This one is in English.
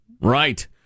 Right